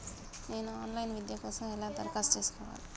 నేను online విద్య కోసం ఎలా దరఖాస్తు చేసుకోవాలి?